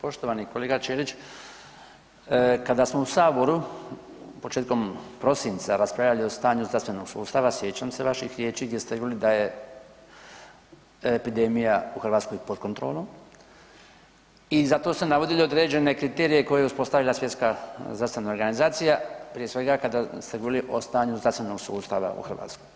Poštovani kolega Ćelić, kada smo u saboru početkom prosinca raspravljali o stanju zdravstvenog sustava sjećam se vaših riječi gdje ste …/nerazumljivo/ da je epidemija u Hrvatskoj pod kontrolom i za to ste navodili određene kriterije koje je uspostavila Svjetska zdravstvena organizacija prije svega kada ste govorili o stanju zdravstvenog sustava u Hrvatskoj.